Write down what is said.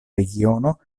regiono